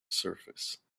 surface